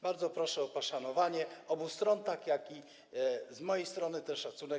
Bardzo proszę o poszanowanie obu stron, tak jak i z mojej strony ten szacunek.